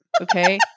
Okay